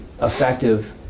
effective